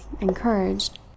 encouraged